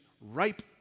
ripe